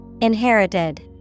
Inherited